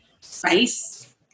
face